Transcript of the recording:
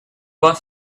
was